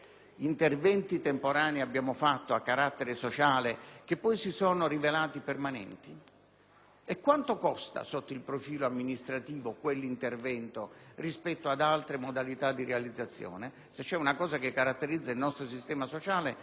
interventi temporanei a carattere sociale che poi si sono rivelati permanenti? E quale è il costo, sotto il profilo amministrativo, di quell'intervento rispetto ad altre modalità di realizzazione? Se c'è una cosa che caratterizza il nostro sistema sociale